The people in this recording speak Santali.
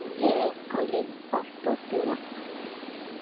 ᱦᱮᱸ ᱳᱞᱤ ᱚᱠᱛᱚ ᱛᱤᱱᱟᱹᱜ